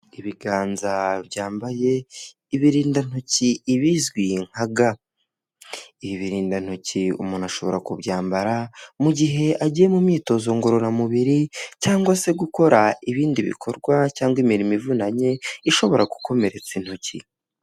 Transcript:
Ibiganza byambaye ibirindantoki, ibizwi nka ga. Ibi biririndantoki umuntu ashobora kubyambara mu gihe agiye mu myitozo ngororamubiri cyangwa se gukora ibindi bikorwa cyangwa imirimo ivunanye ishobora gukomeretsa intoki.